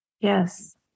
Yes